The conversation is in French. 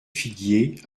figuier